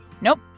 Nope